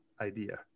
idea